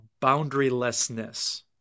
boundarylessness